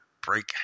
break